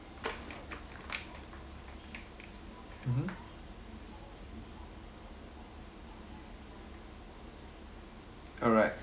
mmhmm all right